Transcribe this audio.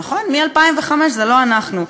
נכון, מ-2005 זה לא אנחנו.